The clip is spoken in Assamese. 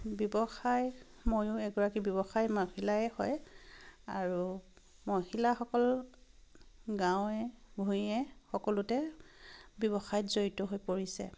ব্যৱসায় ময়ো এগৰাকী ব্যৱসায় মহিলায়েই হয় আৰু মহিলাসকল গাঁৱে ভূঞে সকলোতে ব্যৱসায়ত জড়িত হৈ পৰিছে